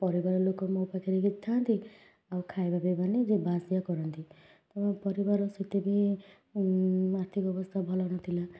ପରିବାର ଲୋକ ମୋ ପାଖରେ ବି ଥାଆନ୍ତି ଆଉ ଖାଇବା ପିଇବା ନେଇ ଯିବା ଆସିବା କରନ୍ତି ମୋ ପରିବାର ସେତେ ବି ଆର୍ଥିକ ଅବସ୍ଥା ଭଲ ନ ଥିଲା